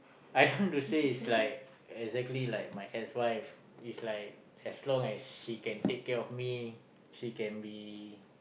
I don't want to say is like exactly like my ex wife is like as long as she can take care of me she can be